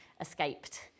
escaped